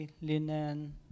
linen